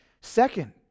Second